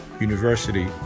university